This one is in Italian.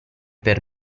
per